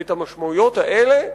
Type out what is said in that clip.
ואת המשמעויות האלה,